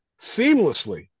seamlessly